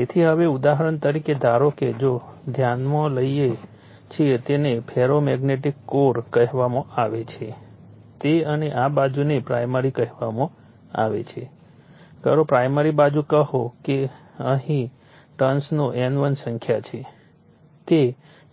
તેથી હવે ઉદાહરણ તરીકે ધારો કે જો ધ્યાનમાં લઈએ છીએ તેને ફેરોમેગ્નેટિક કોર કહેવામાં આવે છે તે અને આ બાજુને પ્રાઇમરી કહેવામાં આવે છે કરો પ્રાઇમરી બાજુ કહો કે અહીં ટર્ન્સનો N1 સંખ્યા છે તે